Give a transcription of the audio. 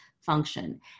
function